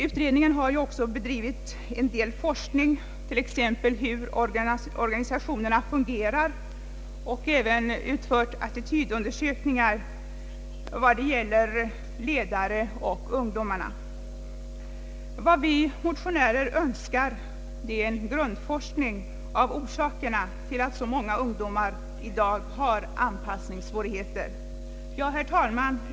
Utredningen har bedrivit forskning om hur organisationerna fungerar och har gjort attitydundersökningar hos ledare och ungdomar. Vad vi motionärer Önskar är en grundforskning av orsakerna till att så många ungdomar i dag har anpassningssvårigheter. Herr talman!